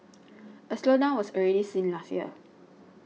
a slowdown was already seen last year